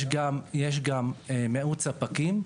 יש גם מאות ספקים,